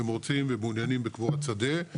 הם רוצים ומעוניינים בקבורת שדה,